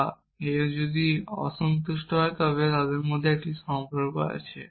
বা যদি f অসন্তুষ্ট হয় তবে তাদের মধ্যে একটি সম্পর্ক আছে